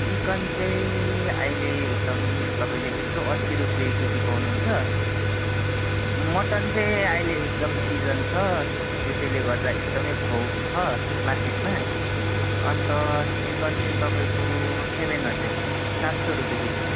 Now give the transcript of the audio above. chicken चाहिँ अहिले एकदम तपाईँले एक सय अस्सी रुपियाँ केजी पाउनुहुन्छ मटन चाहिँ अहिले एकदम सिजन छ त्यसैले गर्दा एकदमै भाउ छ मार्केटमा अन्त चिकन चाहिँ तपाईँको सेभेन हन्ड्रेट सात सय रुपियाँ केजी